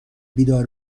بیدار